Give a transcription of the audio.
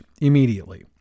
immediately